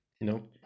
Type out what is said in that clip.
No